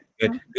good